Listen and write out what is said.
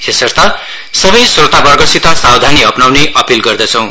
यसर्थ सबै स्रोतावर्गसित सावधानी अपनाउने अपील गर्दछौं